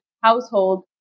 household